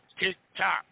tick-tock